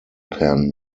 pan